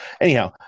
anyhow